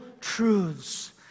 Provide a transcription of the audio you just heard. truths